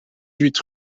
huit